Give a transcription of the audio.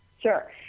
Sure